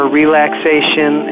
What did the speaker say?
relaxation